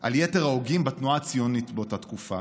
על יתר ההוגים בתנועה הציונית באותה תקופה.